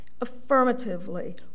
affirmatively